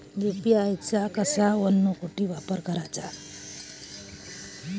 UPI चा कसा अन कुटी वापर कराचा?